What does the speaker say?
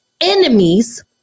enemies